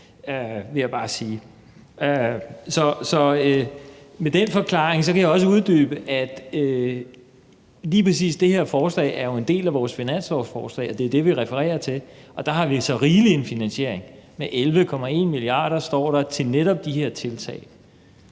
jeg bare sige. Med den forklaring kan jeg også uddybe, at lige præcis det her forslag jo er en del af vores finanslovsforslag, og det er det, vi refererer til, og der har vi så rigeligt en finansiering. Der står 11,1 mia. kr. til netop de her tiltag.